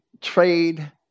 trade